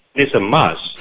it's a must.